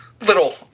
little